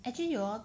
actually you